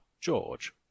George